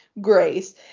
Grace